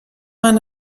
man